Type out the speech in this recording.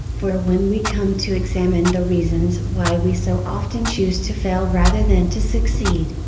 for when we come to examine the reasons why we so often choose to fail rather than to succeed,